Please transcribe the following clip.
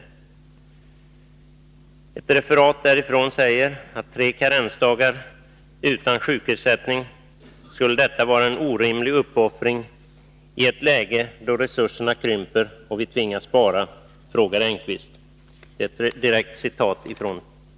I ett referat från det mötet sägs följande: Tre karensdagar utan sjukersättning — skulle det vara en orimlig uppoffring i ett läge där resurserna krymper och vi tvingas spara? frågar Engqvist.